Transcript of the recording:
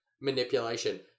manipulation